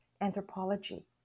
Anthropology